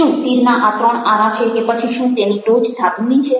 શું તીરના ત્રણ આરા છે કે પછી શું તેની ટોચ ધાતુની છે